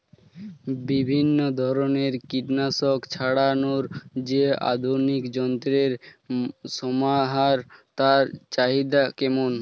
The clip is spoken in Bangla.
বিভিন্ন ধরনের কীটনাশক ছড়ানোর যে আধুনিক যন্ত্রের সমাহার তার চাহিদা কেমন?